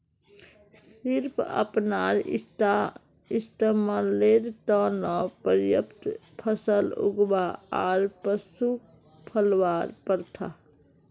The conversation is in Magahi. सिर्फ अपनार इस्तमालेर त न पर्याप्त फसल उगव्वा आर पशुक पलवार प्रथा